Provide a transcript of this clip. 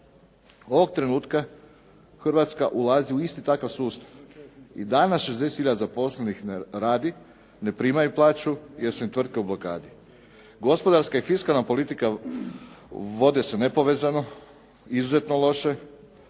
Ovog trenutka Hrvatska ulazi u isti takav sustav i danas 60000 zaposlenih ne radi, ne primaju plaću jer su im tvrtke u blokadi. Gospodarska i fiskalna politika vode se nepovezano, izuzetno loše,